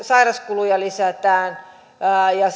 sairaskuluja lisätään ja